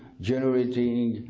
generating,